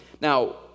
Now